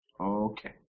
Okay